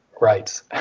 rights